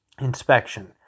inspection